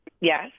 Yes